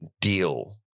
deal